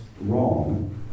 wrong